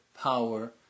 power